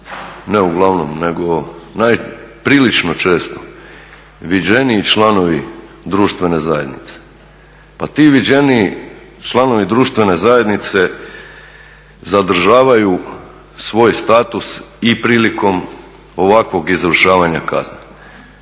ne uglavnom, nego prilično često viđeniji članovi društvene zajednice. Pa ti viđeniji članovi društvene zajednice zadržavaju svoj status i prilikom ovakvog izvršavanja kazne.